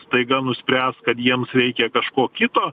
staiga nuspręs kad jiems reikia kažko kito